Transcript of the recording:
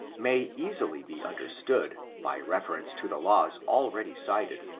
may easily be understood, by reference to the laws already cited,